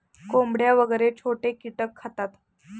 कोंबड्या वगैरे छोटे कीटक खातात